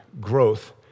growth